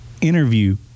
interview